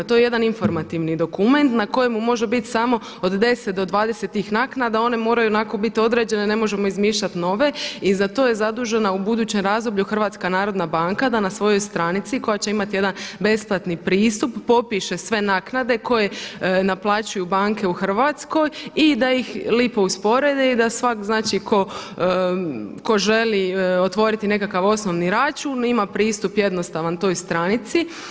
To je jedan informativni dokument na kojemu može biti samo od 10 do 20 tih naknada, one moraju onako biti određene, ne možemo izmišljati nove i za to je zadužena u budućem razdoblju HNB, da na svojoj stranici koja će imati jedan besplatni pristup popiše sve naknade koje naplaćuju banke u Hrvatskoj i da ih lipo usporede i svatko znači tko želi otvoriti nekakav osnovni račun ima pristup jednostavan toj stranici.